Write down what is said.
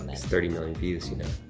and it's thirty million views, you know.